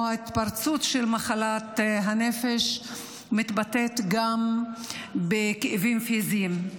ההתפרצות של מחלת הנפש מתבטאים גם בכאבים פיזיים,